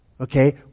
Okay